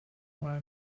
why